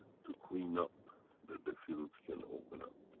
to clean up that the fields can open up.